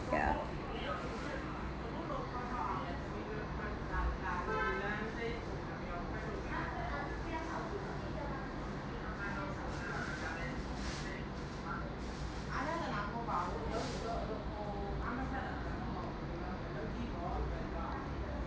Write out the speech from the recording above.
ya